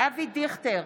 אבי דיכטר,